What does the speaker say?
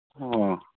ꯑꯣ